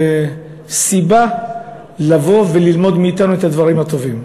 סיבה לבוא וללמוד מאתנו את הדברים הטובים.